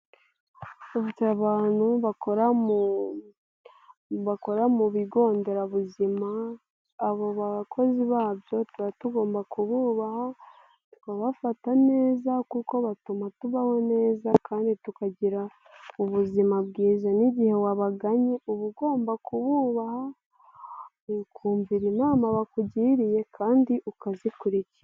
Abantu bakora mu bakora mu bigo nderabuzima abokozi babyo tuba tugomba kububaha tukabafata neza kuko batuma tubaho neza kandi tukagira ubuzima bwiza, n'igihe wabagannye uba ugomba kububaha ukumvira inama bakugiriye kandi ukazikuriza.